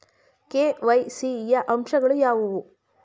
KYC ಯ ಅಂಶಗಳು ಯಾವುವು?